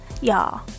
Y'all